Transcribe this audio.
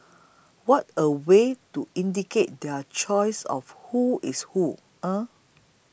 what a way to indicate their choice of who's who eh